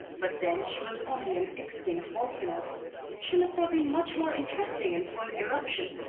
but then she was only an extinct volcano she must have been much more interesting in full eruption.